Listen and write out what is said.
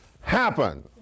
happen